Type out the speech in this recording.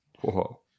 Whoa